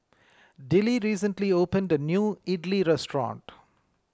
Dillie recently opened a new Idili restaurant